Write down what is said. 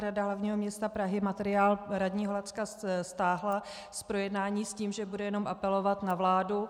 Rada hlavního města Prahy materiál radní stáhla z projednání s tím, že bude jenom apelovat na vládu.